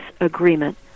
Agreement